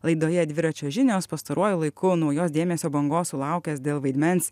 laidoje dviračio žinios pastaruoju laiku naujos dėmesio bangos sulaukęs dėl vaidmens